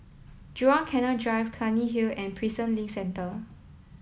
Jurong Canal Drive Clunny Hill and Prison Link Centre